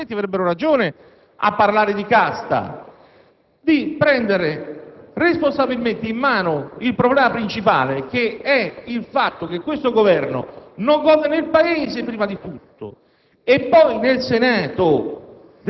la necessità, altrimenti avrebbero ragione a parlare di casta, di prendere responsabilmente in mano il problema principale, che è il fatto che questo Governo non vuole, nel Paese prima di tutto,